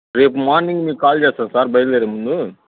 రేపు మార్నింగ్ మీకు కాల్ చేస్తాను సార్ బయల్దేరేముందు